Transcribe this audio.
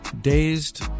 dazed